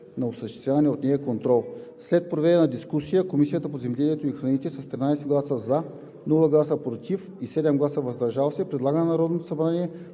на осъществявания от нея контрол. След проведената дискусия Комисията по земеделието и храните с 13 гласа „за“, без „против“ и 7 гласа „въздържали се“ предлага на Народното събрание